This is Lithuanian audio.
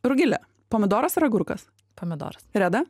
rugile pomidoras ar agurkas pomidoras reda